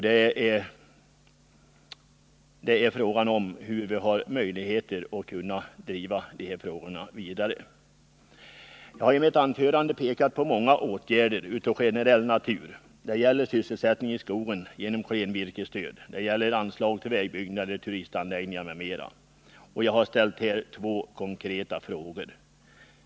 Det gäller bara att vi har möjligheter att driva de här frågorna vidare. Jag har tidigare i mitt anförande pekat på många åtgärder av generell natur. Det gäller sysselsättningen i skogen genom klenvirkesstöd, det gäller anslag till vägbyggen, turistanläggningar m.m. Jag har dessutom ställt två konkreta frågor.